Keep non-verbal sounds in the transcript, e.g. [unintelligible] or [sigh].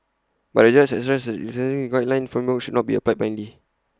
but the judge stressed that the sentencing guideline [unintelligible] should not be applied blindly